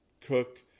cook